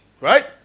right